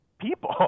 people